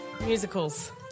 musicals